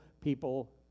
people